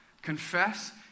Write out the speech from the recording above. Confess